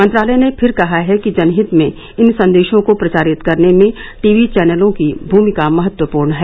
मंत्रालय ने फिर कहा है कि जनहित में इन संदेशों को प्रचारित करने में टीवी चैनलों की भूमिका महत्वपूर्ण हैं